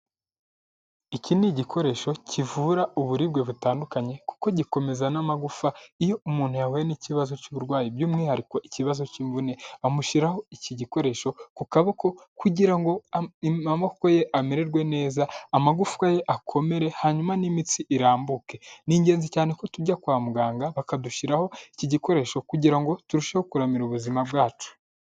Iki ni igikoresho kivura uburibwe butandukanye kuko gikomeza n'amagufa, iyo umuntu yahuye n'ikibazo cy'uburwayi, by'umwihariko ikibazo k'imvune amushyiraho iki gikoresho ku kaboko kugira ngo amaboko ye amererwe neza, amagufwa ye akomere hanyuma n'imitsi irambuke, ni ingenzi cyane ko tujya kwa muganga bakadushyiraho iki gikoresho kugira ngo turusheho kuramira ubuzima bwacu.